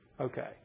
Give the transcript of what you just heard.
Okay